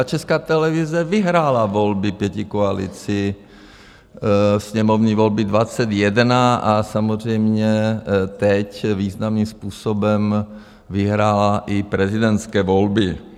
A Česká televize vyhrála volby pětikoalici, sněmovní volby 2021, a samozřejmě teď významným způsobem vyhrála i prezidentské volby.